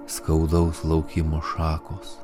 skaudaus laukimo šakos